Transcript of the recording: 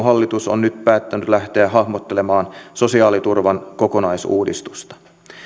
hallitus on nyt päättänyt lähteä hahmottelemaan sosiaaliturvan kokonaisuudistusta